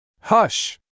Hush